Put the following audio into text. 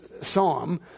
psalm